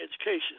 education